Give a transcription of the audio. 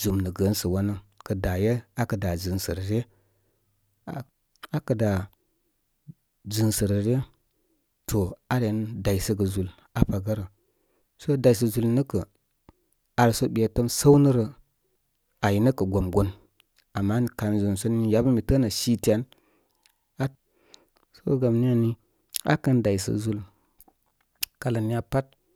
zum nə gəən sə wanə kə daye akə dá zɨnsərə ryə akə dá zɨnsə rə ryə. To aren daysə gə zul aa paga rə. So daysə zúli nə kə arsə ɓetəm səwnə rə ay nə kə gomgon. Ama kanzum sə ni mi yabə mitəə nə siti an, ah. So gamni ani akən daysə zúl, kala niya pat.